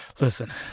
Listen